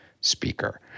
speaker